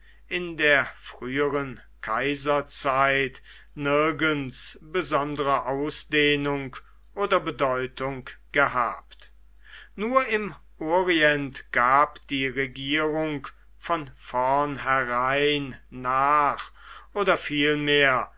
in der früheren kaiserzeit nirgends besondere ausdehnung oder bedeutung gehabt nur im orient gab die regierung von vornherein nach oder